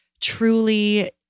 truly